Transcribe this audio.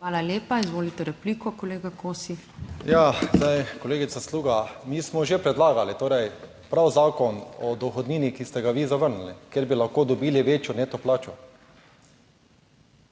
Hvala lepa. Izvolite repliko, kolega Kosi. **ANDREJ KOSI (PS SDS):** Ja, zdaj, kolegica Sluga, mi smo že predlagali torej prav Zakon o dohodnini, ki ste ga vi zavrnili, kjer bi lahko dobili večjo neto plačo,